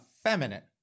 effeminate